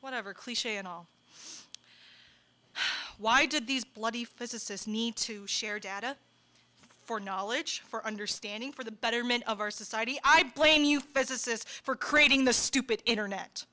whatever cliche it all why did these bloody physicists need to share data for knowledge for understanding for the betterment of our society i blame you physicists for creating the stupid internet